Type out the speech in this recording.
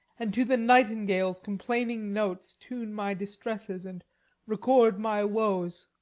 and to the nightingale's complaining notes tune my distresses and record my woes.